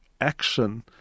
action